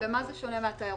במה זה שונה מהתיירות?